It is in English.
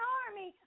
army